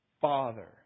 father